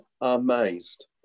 amazed